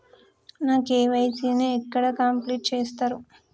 నా కే.వై.సీ ని ఎక్కడ కంప్లీట్ చేస్తరు?